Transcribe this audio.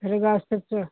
ਮੇਰੇ ਵਾਸਤੇ